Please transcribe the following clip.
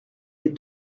les